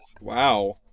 Wow